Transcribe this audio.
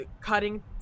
cutting